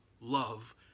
love